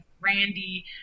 Randy